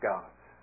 God's